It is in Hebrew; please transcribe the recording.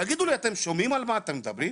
תגידו, אתם שומעים על מה אתם מדברים?